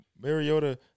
Mariota